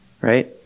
Right